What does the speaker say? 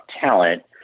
talent